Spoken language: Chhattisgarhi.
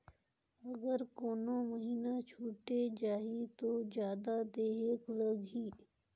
अगर कोनो महीना छुटे जाही तो जादा देहेक लगही?